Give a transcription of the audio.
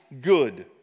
good